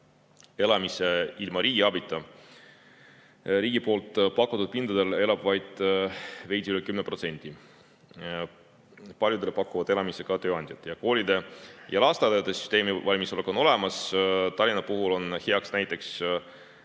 elamise ilma riigi abita. Riigi pakutud pindadel elab vaid veidi üle 10%. Paljudele pakuvad elamist ka tööandjad. Koolide ja lasteaedade süsteemi valmisolek on olemas. Tallinna puhul on heaks näiteks